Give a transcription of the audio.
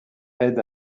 aide